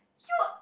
you